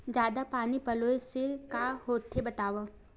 जादा पानी पलोय से का होथे बतावव?